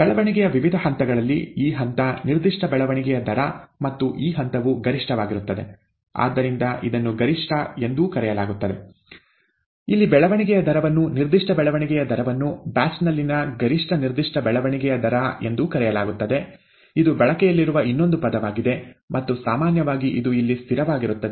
ಬೆಳವಣಿಗೆಯ ವಿವಿಧ ಹಂತಗಳಲ್ಲಿ ಈ ಹಂತ ನಿರ್ದಿಷ್ಟ ಬೆಳವಣಿಗೆಯ ದರ ಮತ್ತು ಈ ಹಂತವು ಗರಿಷ್ಠವಾಗಿರುತ್ತದೆ ಆದ್ದರಿಂದ ಇದನ್ನು ಗರಿಷ್ಠ ಎಂದೂ ಕರೆಯಲಾಗುತ್ತದೆ ಇಲ್ಲಿ ಬೆಳವಣಿಗೆಯ ದರವನ್ನು ನಿರ್ದಿಷ್ಟ ಬೆಳವಣಿಗೆಯ ದರವನ್ನು ಬ್ಯಾಚ್ ನಲ್ಲಿನ ಗರಿಷ್ಠ ನಿರ್ದಿಷ್ಟ ಬೆಳವಣಿಗೆಯ ದರ ಎಂದೂ ಕರೆಯಲಾಗುತ್ತದೆ ಇದು ಬಳಕೆಯಲ್ಲಿರುವ ಇನ್ನೊಂದು ಪದವಾಗಿದೆ ಮತ್ತು ಸಾಮಾನ್ಯವಾಗಿ ಇದು ಇಲ್ಲಿ ಸ್ಥಿರವಾಗಿರುತ್ತದೆ